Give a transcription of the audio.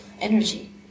energy